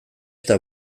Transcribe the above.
eta